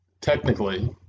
technically